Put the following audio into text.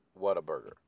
Whataburger